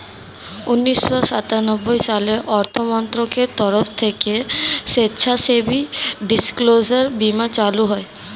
উন্নিশো সাতানব্বই সালে অর্থমন্ত্রকের তরফ থেকে স্বেচ্ছাসেবী ডিসক্লোজার বীমা চালু হয়